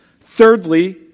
Thirdly